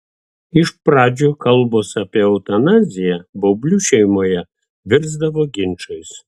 iš pradžių kalbos apie eutanaziją baublių šeimoje virsdavo ginčais